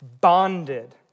bonded